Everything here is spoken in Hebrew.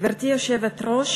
ואומר